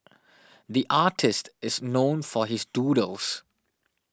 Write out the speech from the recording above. the artist is known for his doodles